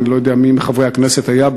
אני לא יודע מי מחברי הכנסת היה,